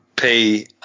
pay